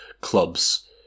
club's